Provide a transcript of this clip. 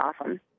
awesome